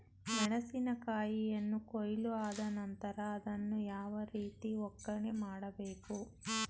ಮೆಣಸಿನ ಕಾಯಿಯನ್ನು ಕೊಯ್ಲು ಆದ ನಂತರ ಅದನ್ನು ಯಾವ ರೀತಿ ಒಕ್ಕಣೆ ಮಾಡಬೇಕು?